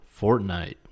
Fortnite